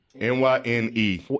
N-Y-N-E